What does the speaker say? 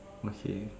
okay